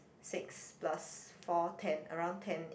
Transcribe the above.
six plus four ten around ten